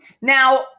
Now